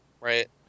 Right